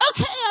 Okay